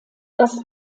das